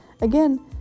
again